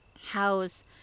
house